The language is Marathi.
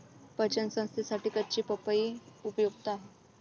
पचन संस्थेसाठी कच्ची पपई उपयुक्त आहे